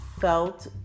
felt